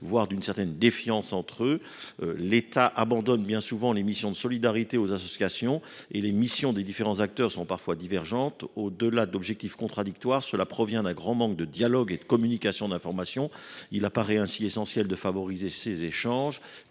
voire d’une certaine défiance entre eux. L’État abandonne bien souvent les missions de solidarité aux associations et celles des différents acteurs sont parfois divergentes. Au delà d’objectifs contradictoires, cette situation résulte d’un grand manque de dialogue et de communication des informations. Il apparaît essentiel de favoriser ces échanges.